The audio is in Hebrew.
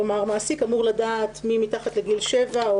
כלומר, מעסיק אמור לדעת מי מתחת לגיל שבע?